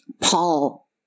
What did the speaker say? Paul